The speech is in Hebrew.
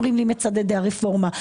אומרים לי מצדדי הרפורמה,